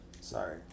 sorry